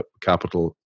capital